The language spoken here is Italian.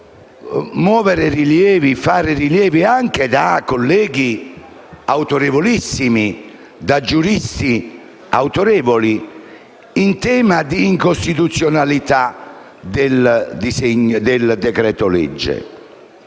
muovere rilievi, anche da colleghi autorevolissimi e da giuristi autorevoli, in tema di incostituzionalità del decreto-legge.